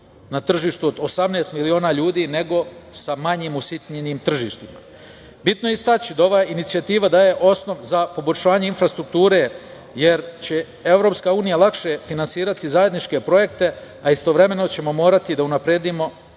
na tržištu od 18 miliona ljudi, nego sa manjim usitnjenim tržištima. Bitno je istaći da ova inicijativa daje osnov za poboljšanje infrastrukture, jer će EU lakše finansirati zajedničke projekte, a istovremeno ćemo morati da unapredimo